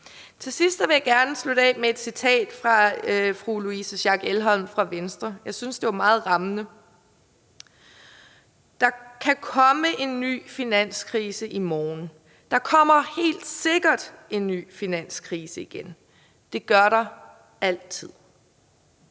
Til sidst vil jeg gerne komme med et citat af fru Louise Schack Elholm fra Venstre, som jeg syntes var meget rammende: Der kan komme en ny finanskrise i morgen, der kommer helt sikkert en ny finanskrise igen, det gør der altid.